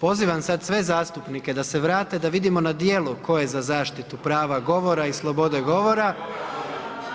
Pozivam sad sve zastupnike da se vrate da vidimo na djelu tko je zaštitu prava govora i slobode govore